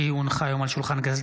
כי הונחה היום על שולחן הכנסת,